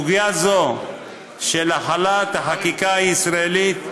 סוגיה זו של החלת החקיקה הישראלית,